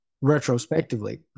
retrospectively